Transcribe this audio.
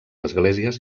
esglésies